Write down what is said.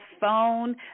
phone